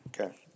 Okay